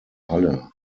halle